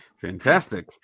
Fantastic